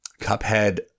Cuphead